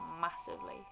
massively